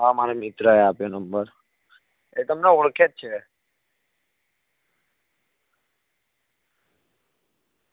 હા મારા મિત્રએ આપ્યો નંબર એ તમને ઓળખે જ છે